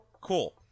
Cool